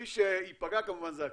מי שייפגע כמובן זה הקרן.